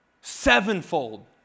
sevenfold